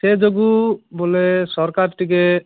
ସେ ଯୋଗୁଁ ବୋଲେ ସରକାର ଟିକେ